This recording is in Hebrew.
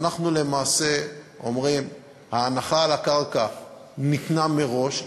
אנחנו למעשה אומרים: ההנחה על הקרקע ניתנה מראש,